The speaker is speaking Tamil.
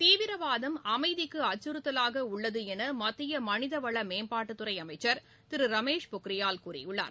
தீவிரவாதம் அமைதிக்கு அச்சுறுத்தலாக உள்ளது என மத்திய மனித வள மேம்பாட்டுத்துறை அமைச்சர் திரு ரமேஷ் பொக்ரியால் கூறியுள்ளார்